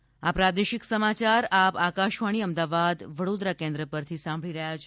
corona સંદેશ આ પ્રાદેશિક સમાચાર આપ આકશવાણીના અમદાવાદ વડોદરા કેન્દ્ર પરથી સાંભળી રહ્યા છે